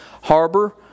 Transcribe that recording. harbor